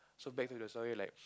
so back to the story like